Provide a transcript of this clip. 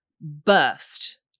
burst